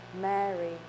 Mary